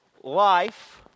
life